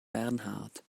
bernhard